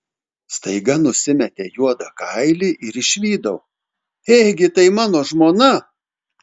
staiga nusimetė juodą kailį ir išvydau ėgi tai mano žmona